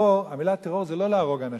המלה "טרור" זה לא להרוג אנשים,